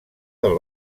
del